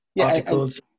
articles